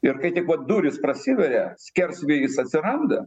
ir kai tik va durys prasiveria skersvėjis atsiranda